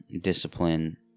discipline